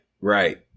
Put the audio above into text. Right